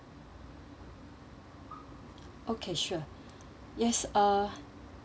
okay sure yes uh